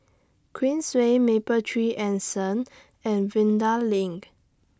Queensway Mapletree Anson and Vanda LINK